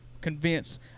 convince